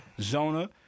Zona